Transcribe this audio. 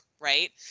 right